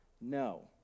No